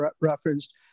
referenced